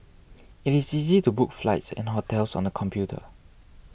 it is easy to book flights and hotels on the computer